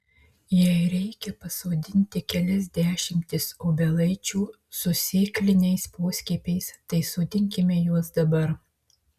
jei reikia pasodinti kelias dešimtis obelaičių su sėkliniais poskiepiais tai sodinkime juos dabar